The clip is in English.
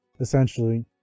essentially